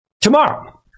tomorrow